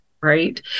right